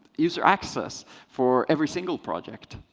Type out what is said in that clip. user access for every single project.